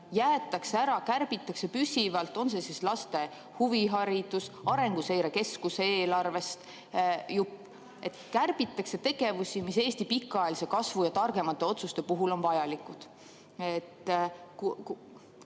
jäetakse ära, kärbitakse püsivalt – on see siis laste huviharidus, Arenguseire Keskuse eelarvest jupp – tegevusi, mis Eesti pikaajalise kasvu ja targemate otsuste puhul on vajalikud.